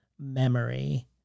memory